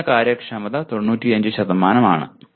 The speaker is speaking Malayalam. കുറഞ്ഞ കാര്യക്ഷമത 95 ആണ്